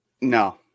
No